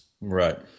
Right